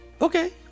Okay